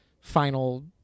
final